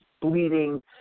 bleeding